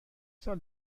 سال